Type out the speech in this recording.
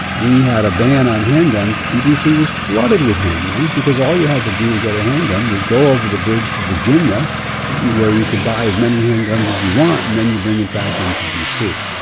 we had a ban on handguns and dc was flooded with handguns because all you had to do to get a handgun, was go over the bridge to virginia where you could buy as many handguns as you want, and then you bring it back into dc.